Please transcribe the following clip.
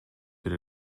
бере